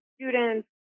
students